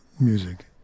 music